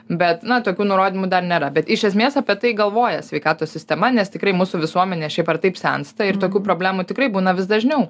bet na tokių nurodymų dar nėra bet iš esmės apie tai galvoja sveikatos sistema nes tikrai mūsų visuomenė šiaip ar taip sensta ir tokių problemų tikrai būna vis dažniau